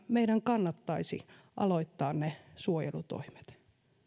meidän kannattaisi aloittaa ne suojelutoimet